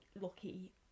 Lucky